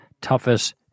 Toughest